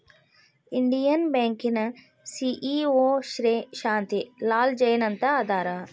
Indian ಬ್ಯಾಂಕಿನ CEO Shri Shanti Lal Jain ಅಂತ ಅದಾರ